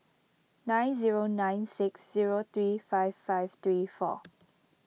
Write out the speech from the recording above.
nine zero nine six zero three five five three four